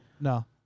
No